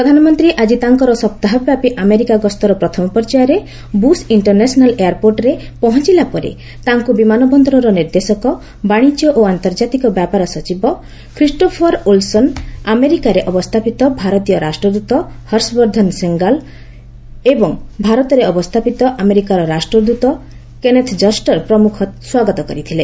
ପ୍ରଧାନମନ୍ତ୍ରୀ ଆକି ତାଙ୍କର ସପ୍ତାହବ୍ୟାପୀ ଆମେରିକା ଗସ୍ତର ପ୍ରଥମ ପର୍ଯ୍ୟାୟରେ ବୁଶ୍ ଇଣ୍ଟରନ୍ୟାସନାଲ ଏୟାରପୋର୍ଟରେ ପହଞ୍ଚଲା ପରେ ତାଙ୍କୁ ବିମାନବନ୍ଦରର ନିର୍ଦ୍ଦେଶକ ବାଣିଜ୍ୟ ଓ ଆନ୍ତର୍ଜାତିକ ବ୍ୟାପାର ସଚିବ ଖ୍ରୀଟୋଫର ଓଲସନ ଆମେରିକାରେ ଅବସ୍ଥାପିତ ଭାରତୀୟ ରାଷ୍ଟ୍ରଦୂତ ହର୍ଷବର୍ଦ୍ଧନ ଶ୍ରୀଙ୍ଗଲା ଏବଂ ଭାରତରେ ଅବସ୍ଥାପିତ ଆମେରିକାର ରାଷ୍ଟ୍ରଦୃତ କେନଥ୍ ଜଷ୍ଟର ପ୍ରମୁଖ ସ୍ୱାଗତ କରିଥିଲେ